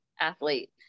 athlete